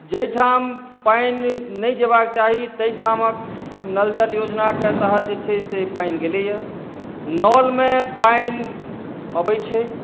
जाहिठाम पानि नहि जैबाक चाही ताहिठामक नल जल योजनाके तहत जे छै से पानि गेलैया नलमे पानि अबै छै